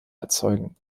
erzeugen